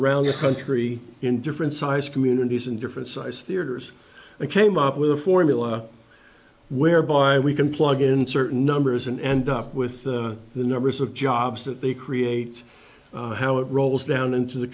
around the country in different sized communities and different sized theaters and came up with a formula whereby we can plug in certain numbers and end up with the numbers of jobs that they create how it rolls down into the